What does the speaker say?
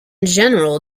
general